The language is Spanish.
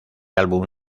álbum